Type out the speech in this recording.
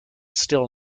still